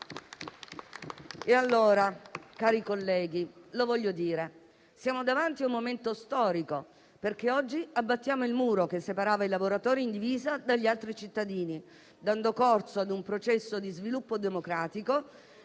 Cari colleghi, siamo quindi davanti a un momento storico, perché oggi abbattiamo il muro che separava i lavoratori in divisa dagli altri cittadini, dando corso a un processo di sviluppo democratico.